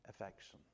affection